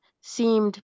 seemed